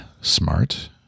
smart